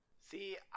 See